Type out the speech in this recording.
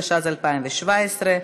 התשע"ז 2017,